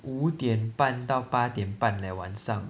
五点半到八点半 leh 晚上